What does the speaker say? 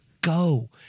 Go